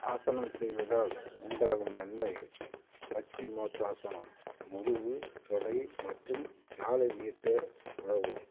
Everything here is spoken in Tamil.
ஆசனம் செய்வதால் உண்டாகும் நன்மை பச்சிமோத்தாசனம் முதுகு தொடை மற்றும் காலை நீட்ட உதவும்